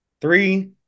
Three